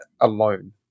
alone